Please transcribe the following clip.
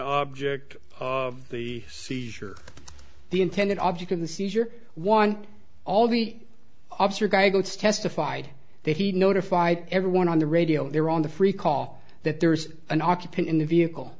object of the seizure the intended object of the seizure one all the officer guy gets testified that he notified everyone on the radio there on the free call that there's an occupant in the vehicle